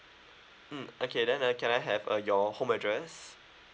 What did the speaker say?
mm okay then uh can I have uh your home address